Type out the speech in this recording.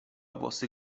włosy